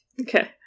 Okay